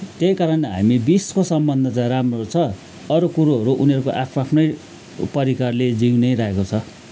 त्यही कारण हामी बिचको सम्बन्ध चाहिँ राम्रो छ अरू कुरोहरू उनीहरूको आफ् आफ्नै प्रकारले जिइ नै राखेको छ